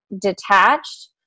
detached